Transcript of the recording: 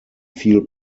viel